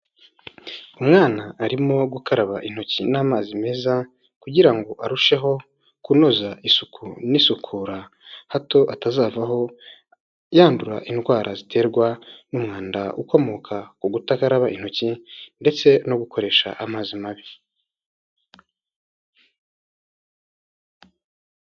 Umwana arimo gukaraba intoki n'amazi meza kugira ngo arusheho kunoza isuku n'isukura, hato atazavaho yandura indwara ziterwa n'umwanda ukomoka ku kudakaraba intoki ndetse no gukoresha amazi mabi.